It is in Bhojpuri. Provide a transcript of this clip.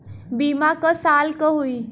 बीमा क साल क होई?